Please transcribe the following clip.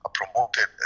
promoted